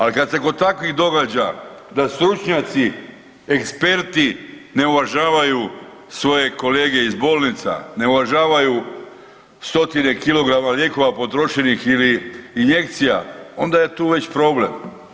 Ali kad se kod takvih događa da stručnjaci, eksperti ne uvažavaju svoje kolege iz bolnica, ne uvažavaju stotine kilograma lijekova potrošenih ili injekcija onda je tu već problem.